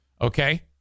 Okay